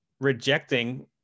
rejecting